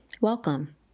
welcome